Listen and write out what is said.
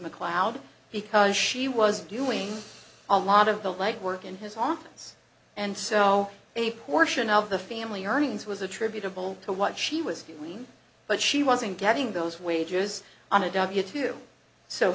mcleod because she was doing a lot of the leg work in his office and so a portion of the family earnings was attributable to what she was between but she wasn't getting those wages on a w two so